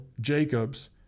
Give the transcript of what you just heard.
Jacobs